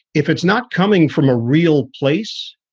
if it's not coming from a real place,